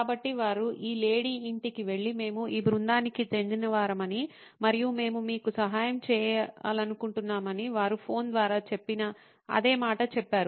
కాబట్టి వారు ఈ లేడీ ఇంటికి వెళ్లి మేము ఈ బృందానికి చెందినవారమని మరియు మేము మీకు సహాయం చేయాలనుకుంటున్నామని వారు ఫోన్ ద్వారా చెప్పిన అదే మాట చెప్పారు